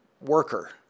worker